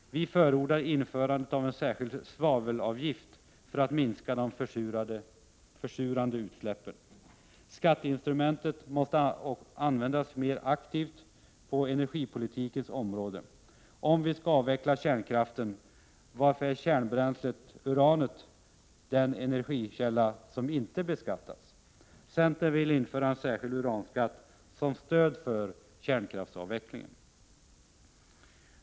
Vi förordar införande av en särskild svavelavgift för att minska de försurande utsläppen. Skatteinstrumentet måste användas mera aktivt på energipolitikens område. Om vi skall avveckla kärnkraften, varför är då kärnbränslet, uranet, den energikälla som inte beskattas? Centern vill införa en särskild uranskatt som stöd för kärnkraftsavvecklingen.